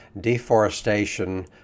deforestation